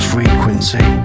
Frequency